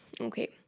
Okay